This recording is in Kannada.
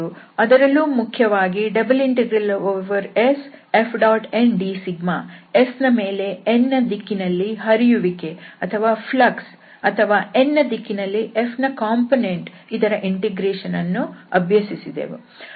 ಅದರಲ್ಲೂ ಮುಖ್ಯವಾಗಿ ∬SFndσ S ನ ಮೇಲೆ n ನ ದಿಕ್ಕಿನಲ್ಲಿ ಹರಿಯುವಿಕೆ ಅಥವಾ n ನ ದಿಕ್ಕಿನಲ್ಲಿ Fನ ಕಂಪೋನೆಂಟ್ ಇದರ ಇಂಟಿಗ್ರೇಷನ್ಅನ್ನುಅಭ್ಯಸಿಸಿದೆವು